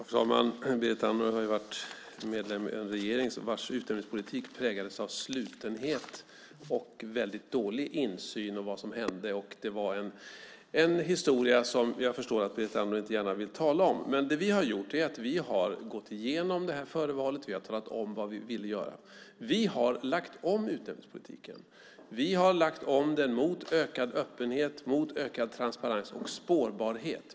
Herr talman! Berit Andnor har varit medlem i en regering vars utnämningspolitik präglades av slutenhet och väldigt dålig insyn i vad som hände. Det är en historia som jag förstår att Berit Andnor inte gärna vill tala om. Det vi har gjort är att vi har gått igenom det här före valet. Vi har talat om vad vi ville göra. Vi har lagt om utnämningspolitiken. Vi har lagt om den mot ökad öppenhet, mot ökad transparens och spårbarhet.